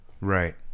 right